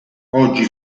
oggi